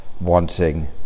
wanting